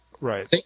Right